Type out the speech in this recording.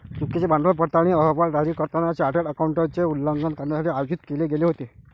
चुकीचे भांडवल पडताळणी अहवाल जारी करताना चार्टर्ड अकाउंटंटचे उल्लंघन करण्यासाठी आयोजित केले गेले होते